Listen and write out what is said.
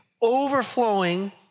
overflowing